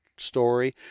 story